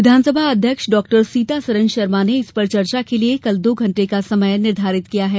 विधानसभा अध्यक्ष डॉक्टर सीतासरन शर्मा ने इस पर चर्चा के लिए कल दो घटे का समय निर्धारित किया है